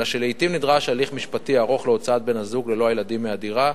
אלא שלעתים נדרש הליך משפטי ארוך להוצאת בן-הזוג ללא הילדים מהדירה,